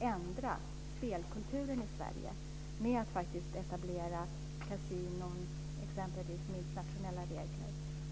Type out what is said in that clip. ändra spelkulturen i Sverige, att etablera kasinon med internationella regler.